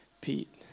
Pete